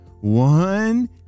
One